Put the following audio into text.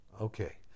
Okay